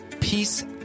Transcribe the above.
Peace